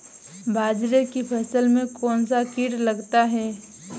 बाजरे की फसल में कौन सा कीट लगता है?